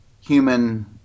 human